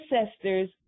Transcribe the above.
ancestors